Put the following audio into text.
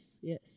Yes